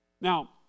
Now